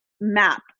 map